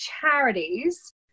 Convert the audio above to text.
charities